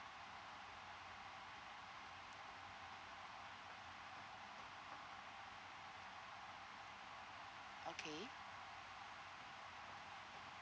okay